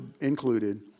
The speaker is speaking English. included